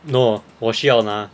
no 我需要拿